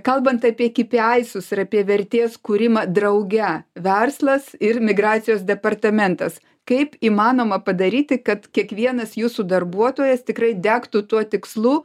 kalbant apie kipėaisus ir apie vertės kūrimą drauge verslas ir migracijos departamentas kaip įmanoma padaryti kad kiekvienas jūsų darbuotojas tikrai degtų tuo tikslu